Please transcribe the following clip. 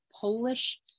polish